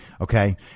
Okay